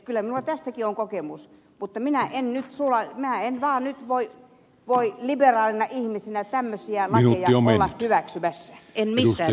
kyllä minulla tästäkin on kokemus mutta minä en nyt vaan voi liberaalina ihmisenä tämmöisiä lakeja olla hyväksymässä en missään nimessä